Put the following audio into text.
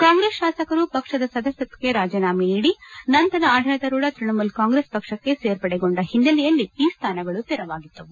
ಕಾಂಗ್ರೆಸ್ ಶಾಸಕರು ಪಕ್ಷದ ಸದಸ್ಯತ್ವಕ್ಕೆ ರಾಜೀನಾಮೆ ನೀದಿ ನಂತರ ಆದಳಿತಾರೂಥ ತ್ಬಣಮೂಲ ಕಾಂಗ್ರೆಸ್ ಪಕ್ಷಕ್ಕೆ ಸೇರ್ಪಡೆಗೊಂಡ ಹಿನ್ನೆಲೆಯಲ್ಲಿ ಈ ಸ್ಥಾನಗಳು ತೆರವಾಗಿದ್ದವು